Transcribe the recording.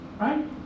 Right